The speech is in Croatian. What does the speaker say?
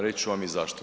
Reći ću vam i zašto.